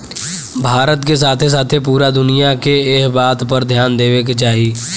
भारत के साथे साथे पूरा दुनिया के एह बात पर ध्यान देवे के चाही